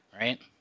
right